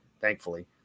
thankfully